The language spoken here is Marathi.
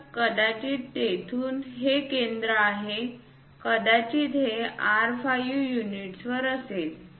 तर कदाचित तेथूनच हे केंद्र आहे कदाचित हे R5 युनिट्सवर असेल